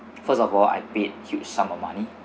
first of all I paid huge sum of money